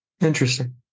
Interesting